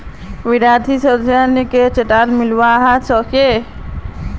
वित्तीय सलाहर तने चार्टर्ड अकाउंटेंट स मिलवा सखे छि